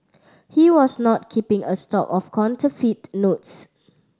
he was not keeping a stock of counterfeit notes